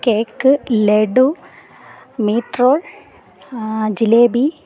cake laddu meat roll jalebi